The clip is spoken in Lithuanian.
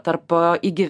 tarp įgi